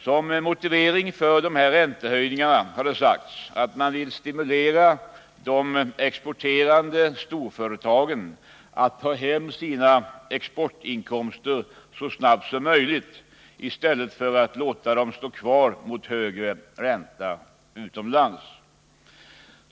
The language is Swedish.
Som motivering för räntehöjningarna har det sagts att man vill stimulera de exporterande storföretagen att ta hem sina exportinkomster så snabbt som möjligt i stället för att låta dem stå kvar mot högre ränta utomlands.